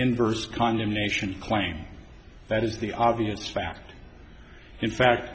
inverse condemnation claim that is the obvious fact in fact